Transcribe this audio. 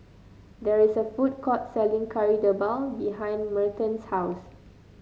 there is a food court selling Kari Debal behind Merton's house